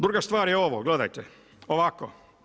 Druga stvar je ovo, gledajte, ovako.